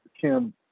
Kim